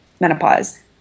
menopause